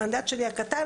המנדט הקטן,